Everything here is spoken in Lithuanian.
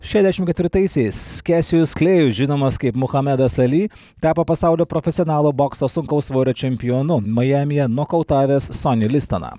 šešiasdešimt ketvirtaisiais kesijus sklėju žinomas kaip muhamedas ali tapo pasaulio profesionalų bokso sunkaus svorio čempionu majamyje nokautavęs sonį listoną